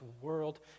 world